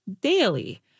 daily